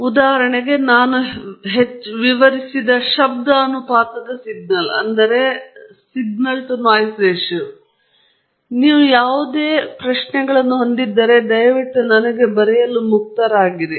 ಉದಾಹರಣೆಗೆ ನಾನು ಹೆಚ್ಚು ವಿವರಿಸಿರುವ ಶಬ್ದ ಅನುಪಾತದ ಸಿಗ್ನಲ್ ಬಗ್ಗೆ ಇದೆ ನೀವು ಯಾವುದೇ ಪ್ರಶ್ನೆಗಳನ್ನು ಹೊಂದಿದ್ದರೆ ದಯವಿಟ್ಟು ನನಗೆ ಬರೆಯಲು ಮುಕ್ತವಾಗಿರಿ